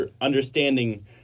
understanding